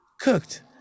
cooked